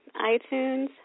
iTunes